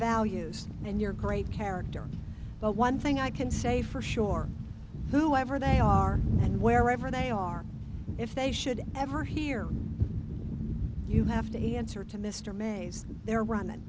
values and your great character but one thing i can say for sure whoever they are wherever they are if they should ever hear you have to answer to mr mays they're running